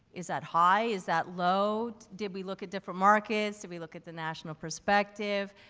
is that high? is that low? did we look at different markets? did we look at the national perspective?